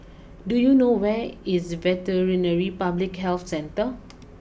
do you know where is Veterinary Public Health Centre